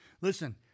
Listen